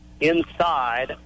Inside